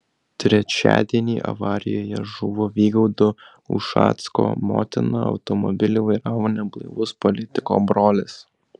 trečiadienį avarijoje žuvo vygaudo ušacko motina automobilį vairavo neblaivus politiko brolis